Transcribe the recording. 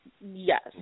Yes